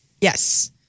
Yes